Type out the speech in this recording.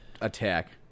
attack